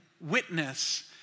witness